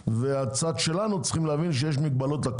והצד שלנו צריך להבין שלכוח יש מגבלות.